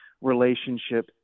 relationship